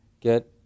get